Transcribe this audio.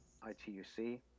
ituc